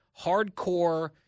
hardcore